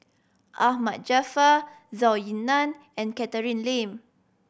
Ahmad Jaafar Zhou Ying Nan and Catherine Lim